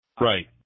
Right